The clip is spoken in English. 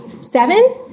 seven